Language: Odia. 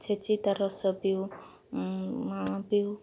ଛେଚି ତା ରସ ପିଉ ପିଉ